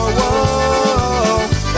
whoa